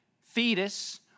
fetus